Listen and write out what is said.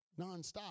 nonstop